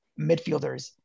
midfielders